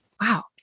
Wow